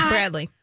Bradley